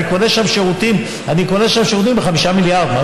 אני קונה שם שירותים ב-5 מיליארד,